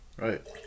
Right